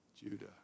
Judah